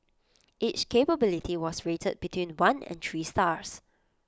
each capability was rated between one and three stars